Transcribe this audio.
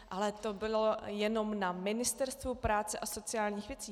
Ale to bylo jenom na Ministerstvu práce a sociálních věcí.